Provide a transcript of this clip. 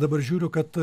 dabar žiūriu kad